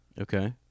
okay